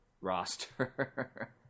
Roster